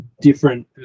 different